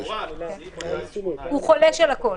לכאורה סעיף 218 חולש על הכול,